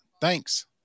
Thanks